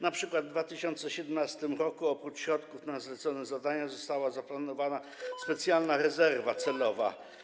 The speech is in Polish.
Na przykład w 2017 r. oprócz środków na zadania zlecone została zaplanowana specjalna rezerwa celowa.